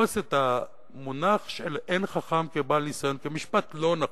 לתפוס את המונח "אין חכם כבעל ניסיון" כמשפט לא נכון,